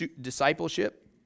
discipleship